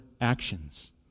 actions